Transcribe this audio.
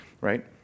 right